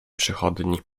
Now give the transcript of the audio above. przychodni